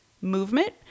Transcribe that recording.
movement